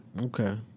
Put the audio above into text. Okay